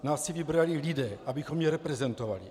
Nás si vybrali lidé, abychom je reprezentovali.